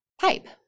pipe